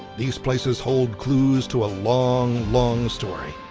these places hold clues to a long, long story.